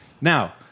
Now